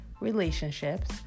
relationships